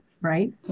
right